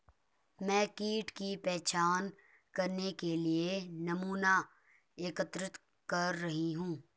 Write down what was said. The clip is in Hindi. मैं कीट की पहचान करने के लिए नमूना एकत्रित कर रही हूँ